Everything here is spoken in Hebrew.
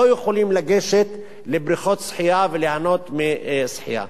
לא יכולים לגשת לבריכות שחייה וליהנות משחייה.